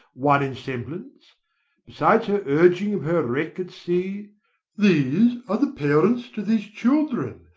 one in semblance besides her urging of her wreck at sea these are the parents to these children,